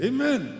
Amen